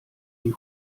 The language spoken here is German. die